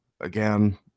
again